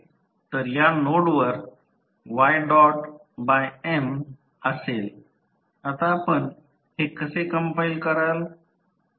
तर या नोडवर yM असेल आता आपण हे कसे कंपाईल कराल